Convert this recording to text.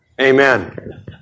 Amen